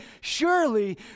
surely